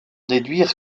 déduire